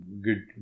good